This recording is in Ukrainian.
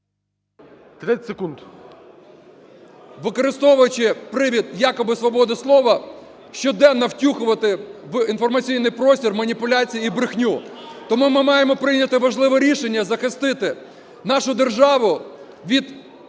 ТЕТЕРУК А.А. … використовуючи привід якоби свободи слова, щоденно втюхувати в інформаційний простір маніпуляції і брехню. Тому ми маємо прийняти важливе рішення, захистити нашу державу від